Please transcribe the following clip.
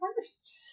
first